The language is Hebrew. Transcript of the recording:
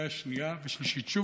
לקריאה שנייה ושלישית,